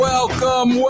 Welcome